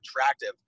attractive